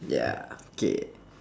ya K